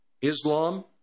Islam